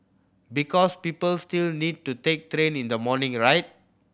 because people still need to take train in the morning right